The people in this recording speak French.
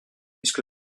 puisque